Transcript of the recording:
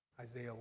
Isaiah